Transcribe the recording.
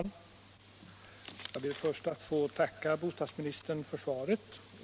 Herr talman! Jag ber att få tacka bostadsministern för svaret.